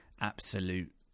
absolute